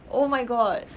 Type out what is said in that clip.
oh my god